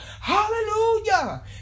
hallelujah